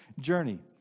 journey